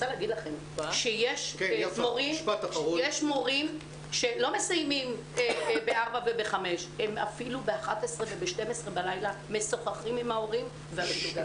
יש מורים שלא מסיימים אחר הצהריים וגם בשעות הלילה משוחחים עם ההורים.